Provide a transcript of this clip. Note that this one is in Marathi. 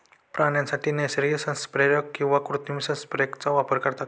प्राण्यांसाठी नैसर्गिक संप्रेरक तसेच कृत्रिम संप्रेरकांचा वापर करतात